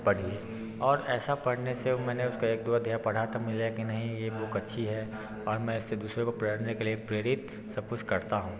पढ़िए और ऐसा पढ़ने से मैंने उसका एक दो अध्याय पढ़ा तब मुझे लगा कि नहीं ये बुक अच्छी है और मैं इसे दूसरे को पढ़ने के लिए प्रेरित सब कुछ करता हूँ